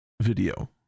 video